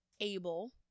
able